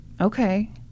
Okay